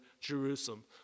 Jerusalem